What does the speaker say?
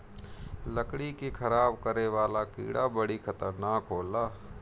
लकड़ी के खराब करे वाला कीड़ा बड़ी खतरनाक होला